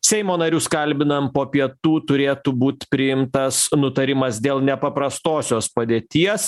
seimo narius kalbinam po pietų turėtų būt priimtas nutarimas dėl nepaprastosios padėties